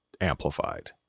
amplified